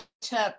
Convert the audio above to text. took